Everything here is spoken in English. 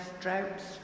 droughts